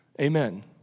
Amen